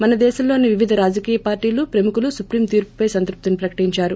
మనదేశంలోని వివిధ రాజకీయ పార్టీలు ప్రముఖులు సుప్రీం తీర్చుపై సంతృప్తిని ప్రకటించారు